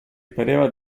pareva